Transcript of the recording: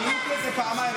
גיניתי את זה פעמיים.